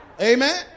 Amen